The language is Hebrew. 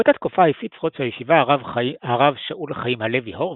באותה תקופה הפיץ ראש הישיבה הרב שאול חיים הלוי הורוויץ,